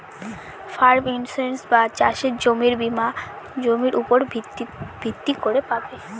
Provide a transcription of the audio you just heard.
farm insurance বা চাসের জমির বীমা জমির উপর ভিত্তি করে পাবে